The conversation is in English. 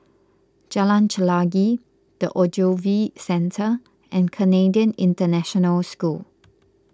Jalan Chelagi the Ogilvy Centre and Canadian International School